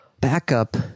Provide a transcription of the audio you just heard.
backup